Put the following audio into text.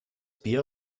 bier